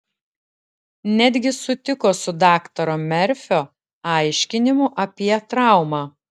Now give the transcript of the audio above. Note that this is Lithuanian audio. netgi sutiko su daktaro merfio aiškinimu apie traumą